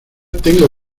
tengo